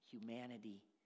humanity